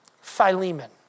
Philemon